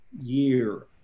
year